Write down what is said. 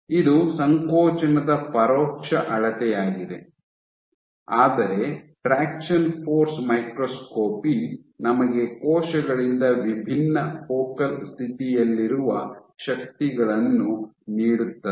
ಇದು ಸಂಕೋಚನದ ಪರೋಕ್ಷ ಅಳತೆಯಾಗಿದೆ ಆದರೆ ಟ್ರಾಕ್ಷನ್ ಫೋರ್ಸ್ ಮೈಕ್ರೋಸ್ಕೋಪಿ ನಮಗೆ ಕೋಶಗಳಿಂದ ವಿಭಿನ್ನ ಫೋಕಲ್ ಸ್ಥಿತಿಯಲ್ಲಿರುವ ಶಕ್ತಿಗಳನ್ನು ನೀಡುತ್ತದೆ